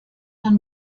man